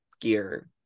gear